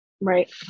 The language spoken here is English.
Right